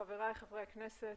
חבריי חברי הכנסת,